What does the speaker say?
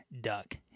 Duck